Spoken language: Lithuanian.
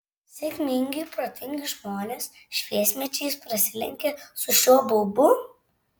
sėkmingi protingi žmonės šviesmečiais prasilenkia su šiuo baubu